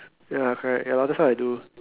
ya correct ya lor that's what I do